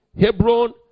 Hebron